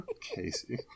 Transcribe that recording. Casey